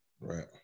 Right